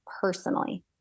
personally